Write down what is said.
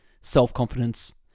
self-confidence